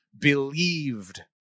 believed